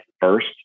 first